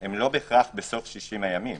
הם לא בהכרח בסוף 60 הימים.